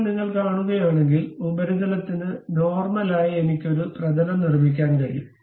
ഇപ്പോൾ നിങ്ങൾ കാണുകയാണെങ്കിൽ ഉപരിതലത്തിനു നോർമൽ ആയി എനിക്ക് ഒരു പ്രതലം നിർമ്മിക്കാൻ കഴിയും